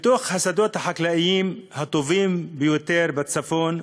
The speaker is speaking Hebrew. בתוך השדות החקלאיים הטובים ביותר בצפון,